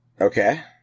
Okay